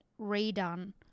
redone